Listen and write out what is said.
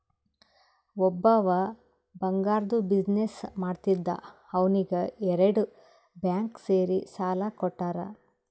ಒಬ್ಬವ್ ಬಂಗಾರ್ದು ಬಿಸಿನ್ನೆಸ್ ಮಾಡ್ತಿದ್ದ ಅವ್ನಿಗ ಎರಡು ಬ್ಯಾಂಕ್ ಸೇರಿ ಸಾಲಾ ಕೊಟ್ಟಾರ್